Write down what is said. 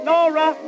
Nora